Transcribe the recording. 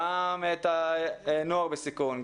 גם את הנוער בסיכון,